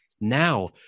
now